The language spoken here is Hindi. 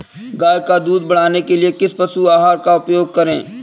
गाय का दूध बढ़ाने के लिए किस पशु आहार का उपयोग करें?